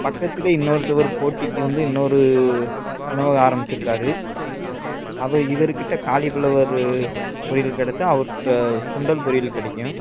பக்கத்திலே இன்னொருத்தவர் போட்டிக்கு வந்து இன்னொரு உணவகம் ஆரமிச்சிருக்கார் அவர் இவருக்கிட்டே காலிஃப்ளவரு பொரியல் கிடச்சா அவர்கிட்ட சுண்டல் பொரியல் கிடைக்கும்